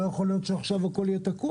לא יכול להיות שעכשיו הכול יהיה תקוע.